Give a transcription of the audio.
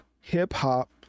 hip-hop